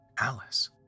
Alice